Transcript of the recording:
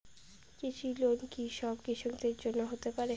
কৃষি লোন কি সব কৃষকদের জন্য হতে পারে?